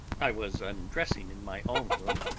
i was undressing in my own room,